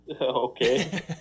Okay